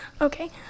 Okay